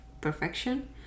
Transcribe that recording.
perfection